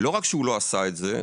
לא רק שהוא לא עשה את זה,